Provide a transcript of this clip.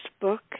book